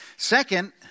Second